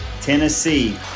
tennessee